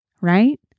right